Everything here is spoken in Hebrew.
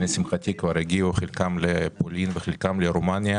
שלשמחתי כבר הגיעו חלקם לפולין וחלקם לרומניה,